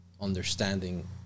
Understanding